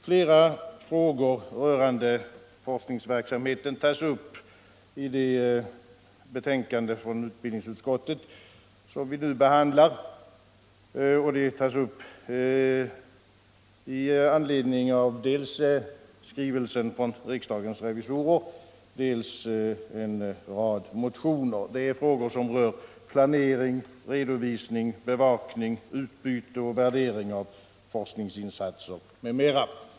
Flera frågor rörande forskningsverksamheten tas upp i det betänkande från utbildningsutskottet som vi nu behandlar, och de tas upp i anledning av dels skrivelsen från riksdagens revisorer, dels en rad motioner. Det är frågor som rör planering, redovisning, bevakning, utbyte och värdering av forskningsinsatser m.m.